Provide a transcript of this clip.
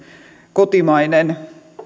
kotimainen